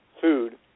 food